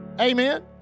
Amen